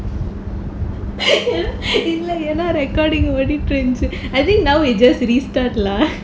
இல்ல ஏன்னா:illa yaenaa recording ஓடிட்டு இருந்துச்சி:odittu irunthuchi I think now we just restart lah